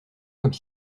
comme